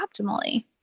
optimally